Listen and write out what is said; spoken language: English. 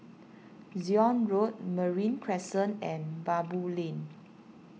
Zion Road Marine Crescent and Baboo Lane